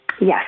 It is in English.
Yes